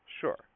sure